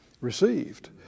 received